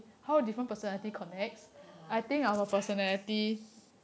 (uh huh)